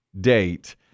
date